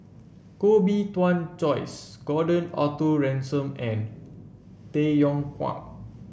Koh Bee Tuan Joyce Gordon Arthur Ransome and Tay Yong Kwang